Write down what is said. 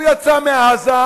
על מפקד פיקוד מרכז.